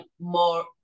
more